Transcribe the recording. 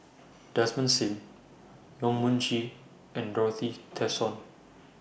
Desmond SIM Yong Mun Chee and Dorothy Tessensohn